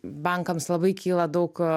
bankams labai kyla daug